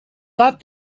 thought